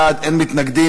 עשרה בעד, אין מתנגדים.